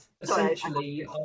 essentially